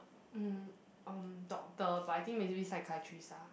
mm um doctor but I think maybe psychiatrist ah